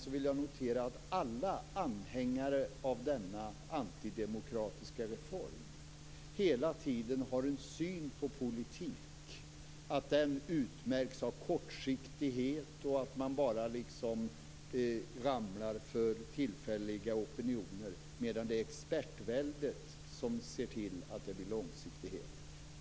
Jag vill notera att alla anhängare av denna antidemokratiska reform hela tiden har en uppfattning om att politik utmärks av kortsiktighet och att man ramlar för tillfälliga opinioner medan expertväldet ser till långsiktigheten.